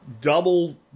double